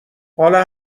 حالا